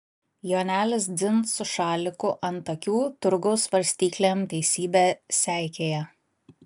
jonelis dzin su šaliku ant akių turgaus svarstyklėm teisybę seikėja